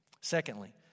Secondly